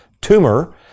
tumor